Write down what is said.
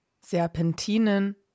Serpentinen